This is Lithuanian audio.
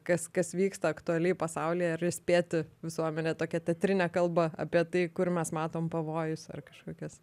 kas kas vyksta aktualiai pasaulyje ir įspėti visuomenę tokia teatrine kalba apie tai kur mes matom pavojus ar kažkokias